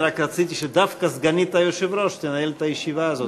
אני רק רציתי שדווקא סגנית היושב-ראש תנהל את הישיבה הזאת.